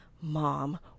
mom